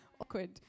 Awkward